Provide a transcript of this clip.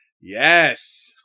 Yes